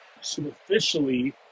superficially